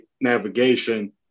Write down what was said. navigation